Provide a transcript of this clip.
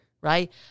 right